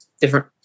Different